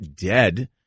dead